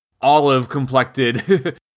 olive-complected